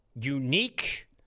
unique